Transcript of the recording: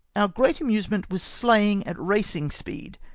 our great amusement was sleighing at racing speed,